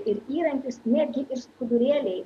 ir įrankius netgi ir skudurėliai